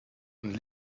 und